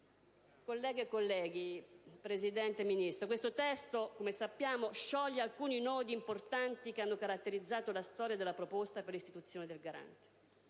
Colleghe e colleghi, signor Presidente, signora Ministro, questo testo, come sappiamo, scioglie alcuni nodi importanti che hanno caratterizzato la storia della proposta per l'istituzione del Garante.